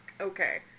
okay